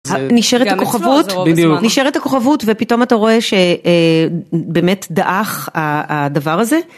נשאר את הכוכבות ופתאום אתה רואה שבאמת דאח הדבר הזה.